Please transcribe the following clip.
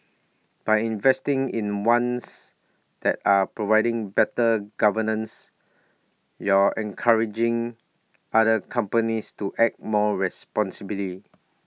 by investing in ones that are providing better governance you're encouraging other companies to act more responsibly